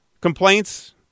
complaints